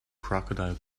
crocodile